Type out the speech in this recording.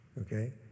okay